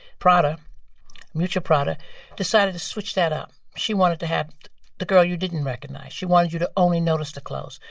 prada miuccia prada decided to switch that up. she wanted to have the girl you didn't recognize. she wanted you to only notice the clothes.